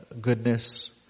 goodness